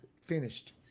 Finished